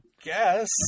guess